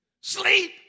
sleep